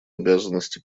обязанности